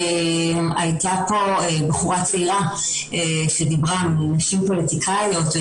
הייתה פה בחורה צעירה שדיברה, מנשים פוליטיקאיות.